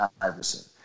Iverson